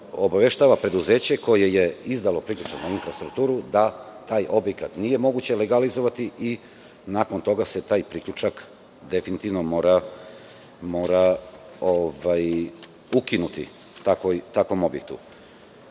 obaveštava preduzeće koje je izdalo priključak na infrastrukturu da taj objekat nije moguće legalizovati i nakon toga se taj priključak takvom objektu